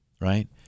right